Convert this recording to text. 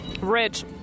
rich